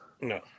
No